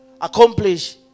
Accomplish